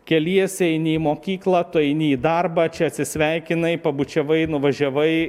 keliesi eini į mokyklą tu eini į darbą čia atsisveikinai pabučiavai nuvažiavai